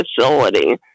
facility